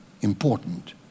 important